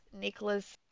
Nicholas